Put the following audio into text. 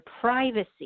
privacy